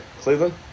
Cleveland